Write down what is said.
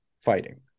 fighting